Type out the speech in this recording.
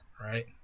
right